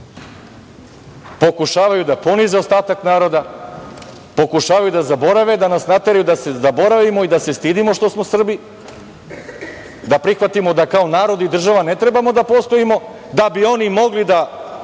Pokušavaju da ponize ostatak naroda, pokušavaju da zaborave, da nas nateraju da se zaboravimo i da se stidimo što smo Srbi, da prihvatimo da kao narod i država ne trebamo da postojimo, da bi oni mogli da,